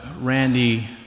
Randy